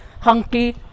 hunky